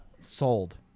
Sold